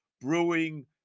Brewing